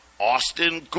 Austin